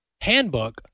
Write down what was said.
handbook